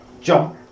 jump